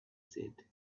said